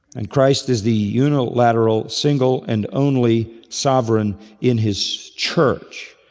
and christ is the unilateral single and only sovereign in his church.